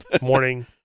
morning